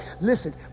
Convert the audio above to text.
Listen